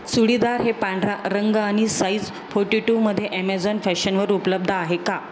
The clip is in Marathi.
चुडीदार हे पांढरा रंग आणि साइज फोर्टीटूमध्ये ॲमेझॉन फॅशनवर उपलब्ध आहे का